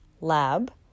lab